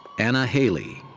anna haley.